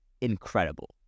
incredible